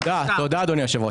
תודה, תודה אדוני יושב הראש.